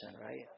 right